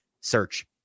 search